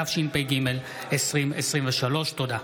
התשפ"ג 2023. תודה.